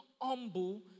humble